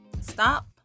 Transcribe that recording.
stop